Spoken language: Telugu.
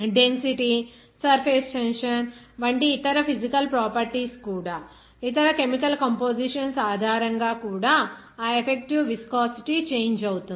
డెన్సిటీ సర్ఫేస్ టెన్షన్ వంటి ఇతర ఫిజికల్ ప్రాపర్టీస్ కూడా ఇతర కెమికల్ కంపొజిషన్స్ ఆధారంగా కూడా ఆ ఎఫెక్టివ్ విస్కోసిటీ చేంజ్ అవుతుంది